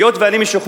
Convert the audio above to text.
היות שאני משוכנע,